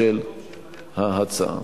של ההצעה.